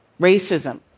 Racism